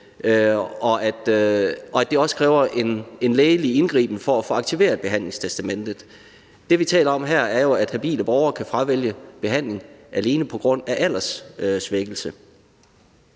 og det kræver også en lægelige indgriben for at få aktiveret behandlingstestamentet. Det, vi taler om her, er jo, at habile borgere kan fravælge behandling alene på grund af alderssvækkelse.